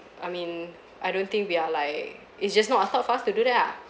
I mean I don't think we are like it's just not a thought for us to do that ah